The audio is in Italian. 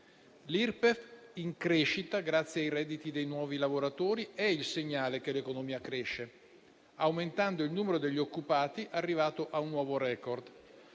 L'Irpef in crescita, grazie ai redditi dei nuovi lavoratori, è il segnale che l'economia cresce aumentando il numero degli occupati, arrivato a un nuovo *record*.